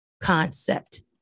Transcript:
concept